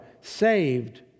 saved